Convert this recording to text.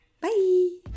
bye